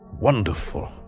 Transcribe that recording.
wonderful